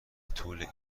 طول